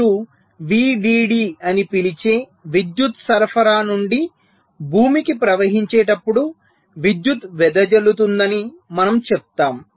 మీరు VDD అని పిలిచే విద్యుత్ సరఫరా నుండి భూమికి ప్రవహించేటప్పుడు విద్యుత్తు వెదజల్లుతుందని మనము చెప్తాము